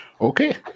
Okay